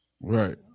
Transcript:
right